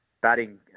batting